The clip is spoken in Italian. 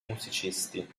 musicisti